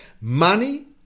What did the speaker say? money